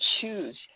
choose